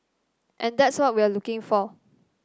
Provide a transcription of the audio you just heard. and that's what we are looking for